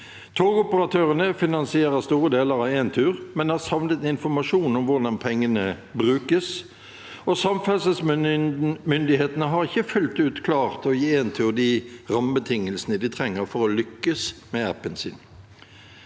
Togoperatørene finansierer store deler av Entur, men har savnet informasjon om hvordan pengene brukes. – Samferdselsmyndighetene har ikke fullt ut klart å gi Entur de rammebetingelsene de trenger for å lykkes med appen sin.